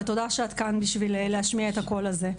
ותודה שאת כאן בשביל להשמיע את הקול הזה.